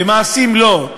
במעשים לא.